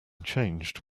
changed